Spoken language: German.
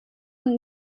und